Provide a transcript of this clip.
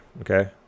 okay